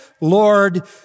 Lord